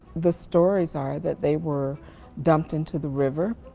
the stories are that they were dumped into the river.